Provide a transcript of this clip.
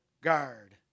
guard